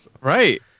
Right